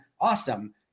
Awesome